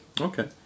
Okay